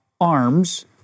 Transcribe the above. arms